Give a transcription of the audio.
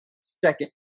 second